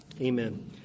amen